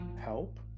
help